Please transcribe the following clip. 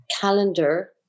calendar